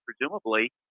presumably